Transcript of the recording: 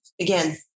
Again